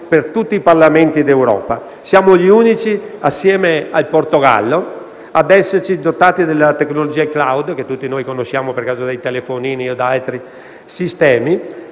grazie a tutti